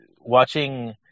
Watching